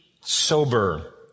sober